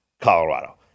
Colorado